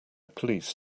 police